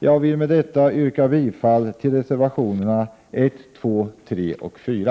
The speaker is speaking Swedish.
Jag vill med detta yrka bifall till reservationerna 1, 2, 3 och 4.